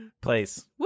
Place